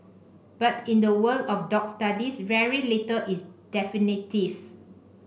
but in the world of dog studies very little is definitive